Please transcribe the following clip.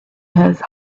his